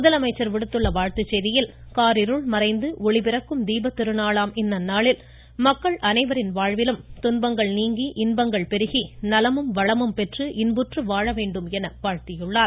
முதலமைச்சர் விடுத்துள்ள வாழ்த்துச் செய்தியில் காரிருள் மறைந்து ஒளி பிறக்கும் தீபத் திருநாளாம் இந்நன்னாளில் மக்கள் அனைவரின் வாழ்விலும் துன்பங்கள் நீங்கி இன்பங்கள் பெருகி நலமும் வளமும் பெற்று இன்புற்று வாழ வேண்டும் என வாழ்த்தியுள்ளார்